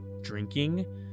drinking